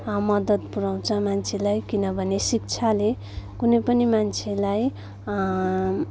मदत पुर्याउँछ मान्छेलाई किनभने शिक्षाले कुनै पनि मान्छेलाई